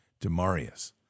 DeMarius